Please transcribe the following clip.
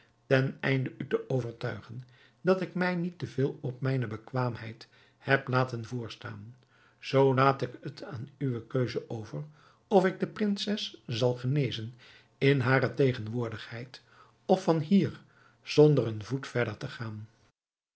ten einde u te overtuigen dat ik mij niet te veel op mijne bekwaamheid heb laten voorstaan zoo laat ik het aan uwe keuze over of ik de prinses zal genezen in hare tegenwoordigheid of van hier zonder een voet verder te gaan